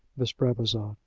miss brabazon.